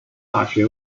大学